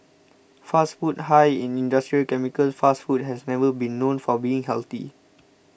fast food high in industrial chemicals fast food has never been known for being healthy